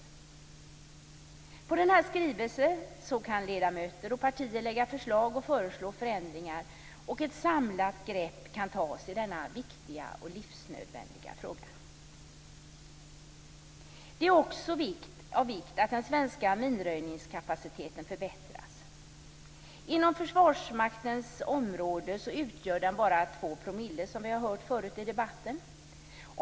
I samband med denna skrivelse kan ledamöter och partier lägga fram förslag och föreslå förändringar, och ett samlat grepp kan tas i denna viktiga och livsnödvändiga fråga. Det är också av vikt att den svenska minröjningskapaciteten förbättras. Inom Försvarsmaktens område utgör den, som vi har hört förut i debatten, bara två promille.